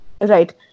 Right